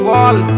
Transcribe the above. Wall